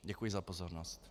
Děkuji za pozornost.